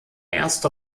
erste